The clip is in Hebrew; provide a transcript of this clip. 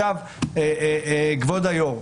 כבוד היו"ר,